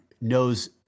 knows